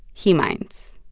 he minds.